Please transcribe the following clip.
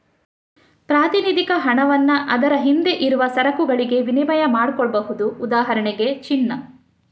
ಪ್ರಾತಿನಿಧಿಕ ಹಣವನ್ನ ಅದರ ಹಿಂದೆ ಇರುವ ಸರಕುಗಳಿಗೆ ವಿನಿಮಯ ಮಾಡಿಕೊಳ್ಬಹುದು ಉದಾಹರಣೆಗೆ ಚಿನ್ನ